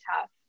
tough